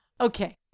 Okay